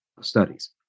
studies